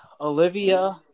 Olivia